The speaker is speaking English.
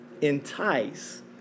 entice